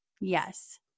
Yes